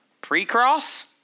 Pre-cross